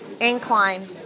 incline